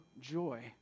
joy